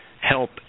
help